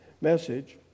message